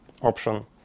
option